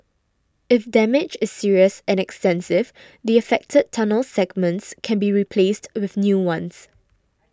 if damage is serious and extensive the affected tunnel segments can be replaced with new ones